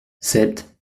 sept